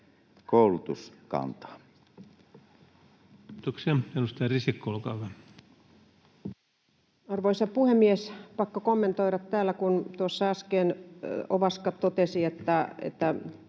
Koulutus kantaa. Kiitoksia. — Edustaja Risikko, olkaa hyvä. Arvoisa puhemies! Pakko kommentoida täällä, kun tuossa äsken Ovaska totesi, että